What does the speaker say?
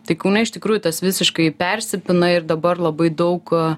tai iš tikrųjų tas visiškai persipina ir dabar labai daug